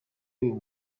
uyu